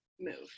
Move